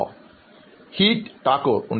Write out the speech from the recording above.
അഭിമുഖം സ്വീകരിക്കുന്നയാൾ ഉണ്ട്